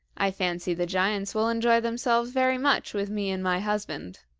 i fancy the giants will enjoy themselves very much with me and my husband